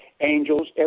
angels